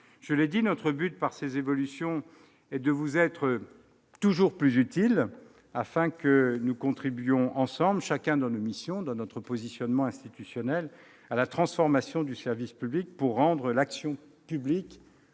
Je l'ai dit, notre but, au travers de ces évolutions, est de vous être toujours plus utiles, afin que nous contribuions ensemble, chacun dans nos missions, dans notre positionnement institutionnel, à la transformation du service public pour rendre l'action publique